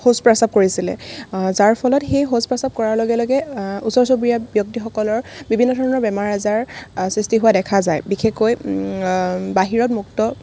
শৌচ প্ৰস্বাৱ কৰিছিলে যাৰ ফলত সেই শৌচ প্ৰস্বাৱ কৰাৰ লগে লগে ওচৰ চুবুৰীয়া ব্যক্তিসকলৰ বিভিন্ন ধৰণৰ বেমাৰ আজাৰ সৃষ্টি হোৱা দেখা যায় বিশেষকৈ বাহিৰত মুক্ত